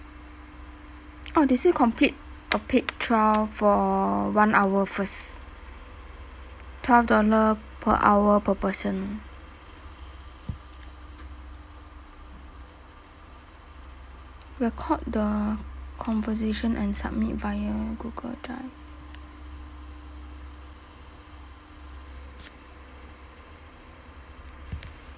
oh they say complete a paid trial for one hour first twelve dollar per hour per person record the conversation and submit via google drive